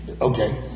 Okay